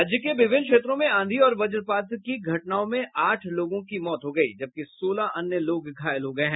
राज्य के विभिन्न क्षेत्रों में आंधी और वज्रपात की घटनाओं में आठ लोगों की मौत हो गयी जबकि सोलह अन्य घायल हो गए हैं